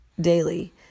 daily